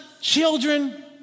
Children